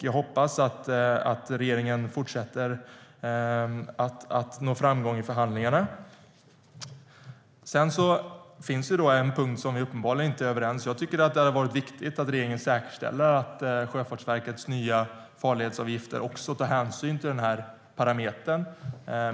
Jag hoppas att regeringen fortsätter att nå framgång i förhandlingarna. Det finns en punkt där vi uppenbarligen inte är överens. Det hade varit viktigt om regeringen säkerställt att Sjöfartsverkets nya farledsavgifter tar hänsyn till parametern.